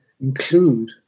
include